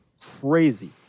crazy